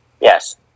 Yes